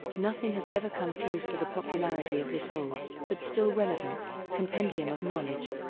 nothing has ever come close to the popularity of this old but still relevant compendium of knowledge.